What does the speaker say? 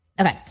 Okay